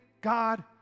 God